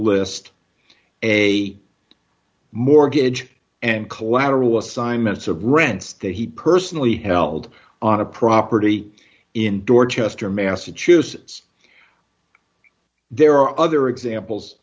list a mortgage and collateral assignments of rents that he personally held on a property in dorchester massachusetts there are other examples